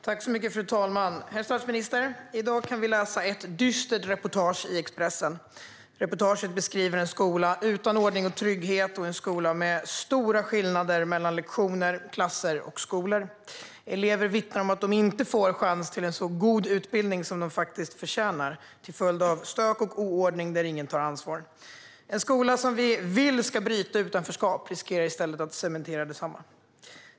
Fru talman och herr statsminister! I dag kan vi läsa ett dystert reportage i Expressen. Det beskriver en skola utan ordning och trygghet, med stora skillnader mellan lektioner, klasser och skolor. Elever vittnar om att de inte får chans till den goda utbildning de faktiskt förtjänar till följd av stök och oordning, och ingen tar ansvar. En skola som vi vill ska bryta utanförskap riskerar i stället att cementera detsamma.